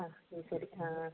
ആ അത് ശരി ആ